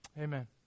Amen